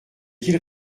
qu’il